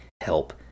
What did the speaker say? help